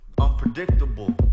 unpredictable